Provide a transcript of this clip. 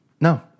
No